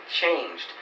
changed